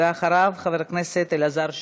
ואחריו, חבר הכנסת אלעזר שטרן.